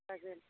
जागोन